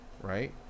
right